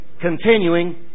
continuing